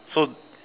so